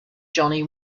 jonny